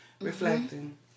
Reflecting